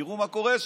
תראו מה קורה שם.